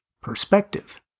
perspective